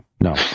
No